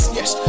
Yes